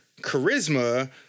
charisma